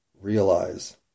realize